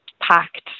packed